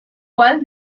cual